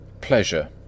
Pleasure